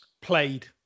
played